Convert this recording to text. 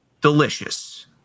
delicious